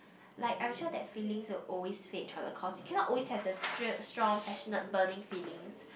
like I'm sure that feelings will always fade throughout the course you cannot always have the str~ strong passionate burning feelings